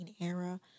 era